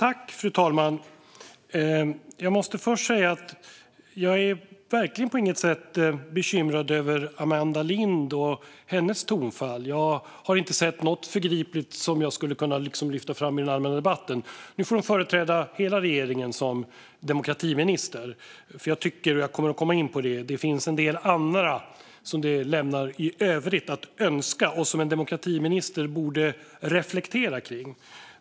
Fru talman! Jag måste först säga att jag inte på något sätt är bekymrad över Amanda Lind och hennes tonfall. Jag har inte sett något förgripligt som jag skulle kunna lyfta fram i den allmänna debatten. Nu får hon företräda hela regeringen som demokratiminister. Jag kommer att komma in på att det finns en del andra som lämnar övrigt att önska, som en demokratiminister borde reflektera kring.